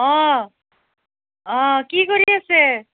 অ অ কি কৰি আছে